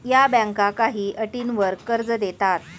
या बँका काही अटींवर कर्ज देतात